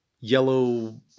yellow